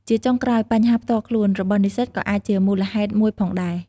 ជាចុងក្រោយ បញ្ហាផ្ទាល់ខ្លួន របស់និស្សិតក៏អាចជាមូលហេតុមួយផងដែរ។